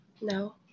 No